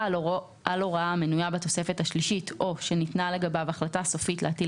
על הוראה המנויה בתוספת השלישית או שניתנה לגביו החלטה סופית להטיל